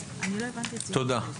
תודה.